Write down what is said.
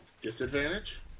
Disadvantage